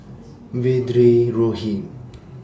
Vedre Rohit